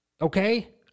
Okay